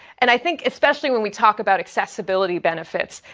and i think especially when we talk about accessibility benefits,